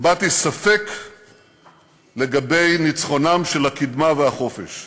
הבעתי ספק לגבי ניצחונם של הקדמה והחופש.